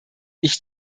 ich